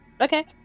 Okay